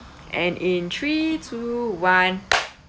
and in three two one